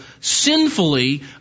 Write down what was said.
sinfully